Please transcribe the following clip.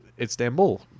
Istanbul